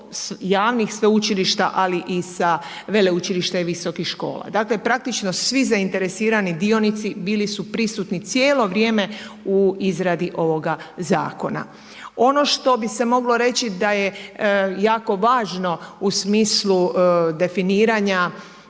javnih Sveučilišta, ali i sa Veleučilišta i visokih škola. Dakle, praktično, svi zainteresirani sudionici bili su prisutni cijelo vrijeme u izradi ovoga zakona. Ono što bi se moglo reći da je jako važno u smislu definiranja